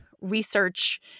research